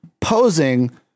posing